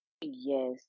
yes